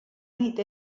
nit